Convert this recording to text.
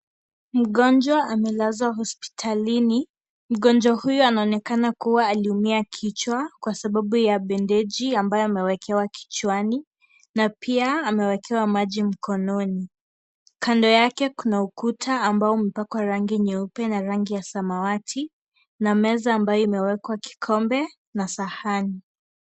Mgonjwa amelazwa hospitalini. Mgonjwa huyo anaonekana kuwa aliumia kichwa kwa sababu ya bendeji ambayo ameekewa kichwani na pia ameekewa maji mikononi. Kando yake kuna ukuta ambao umepakwa rangi nyeupe na rangi ya samawati, na meza ambayo imeekewa kikombe na sahani.